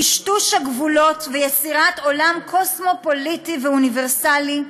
טשטוש הגבולות ויצירת עולם קוסמופוליטי ואוניברסלי,